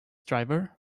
driver